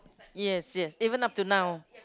yes yes even up till now